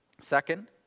Second